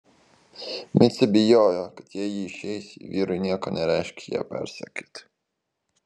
micė bijojo kad jei ji išeis vyrui nieko nereikš ją persekioti